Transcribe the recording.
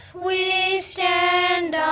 we stand